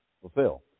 fulfill